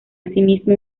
asimismo